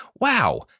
Wow